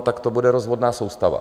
Tak to bude rozvodná soustava.